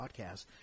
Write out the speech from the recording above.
podcast